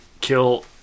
kill